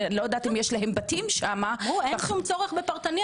אני לא יודעת אם יש להם בתים שם --- אמרו להם שאין שום צורך בפרטני,